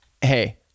hey